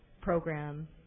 program